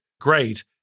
great